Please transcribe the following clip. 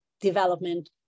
development